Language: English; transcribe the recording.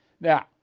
Now